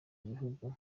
gihugu